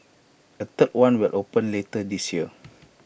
A third one will open later this year